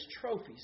trophies